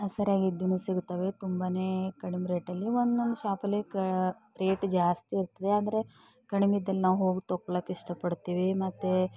ಸರಿಯಾಗಿದ್ದಿದ್ದು ಸಿಗುತ್ತವೆ ತುಂಬನೇ ಕಡಿಮೆ ರೇಟಲ್ಲಿ ಒಂದೊಂದು ಶಾಪಲ್ಲಿ ಕ ರೇಟ್ ಜಾಸ್ತಿ ಇರ್ತದೆ ಆದರೆ ಕಡಿಮೆ ಇದ್ದಲ್ಲಿ ನಾವು ಹೋಗಿ ತೊಗೊಳ್ಳೋಕೆ ಇಷ್ಟಪಡ್ತೀವಿ ಮತ್ತೆ